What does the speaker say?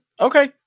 okay